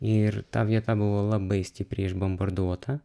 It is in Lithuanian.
ir ta vieta buvo labai stipriai išbombarduota